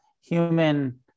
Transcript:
human